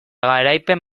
garaipen